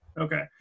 Okay